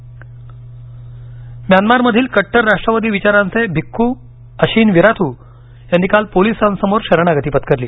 Myanmar Wirathu म्यानमारमधील कट्टर राष्ट्रवादी विचारांचे भिक्खू अशीन विराथू यांनी काल पोलिसांसमोर शरणागती पत्करली